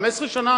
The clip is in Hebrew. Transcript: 15 שנה,